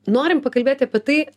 norim pakalbėti apie tai